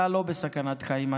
אתה לא בסכנת חיים,